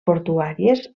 portuàries